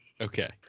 Okay